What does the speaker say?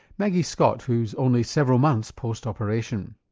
maggie scott, who's only several months post-operation.